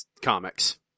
comics